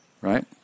Right